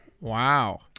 Wow